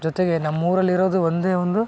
ಜೊತೆಗೆ ನಮ್ಮ ಊರಲ್ಲಿ ಇರೋದು ಒಂದೇ ಒಂದು